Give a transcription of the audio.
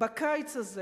בקיץ הזה?